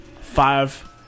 five